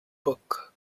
book